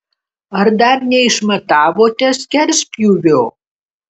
ar dar neišmatavote skerspjūvio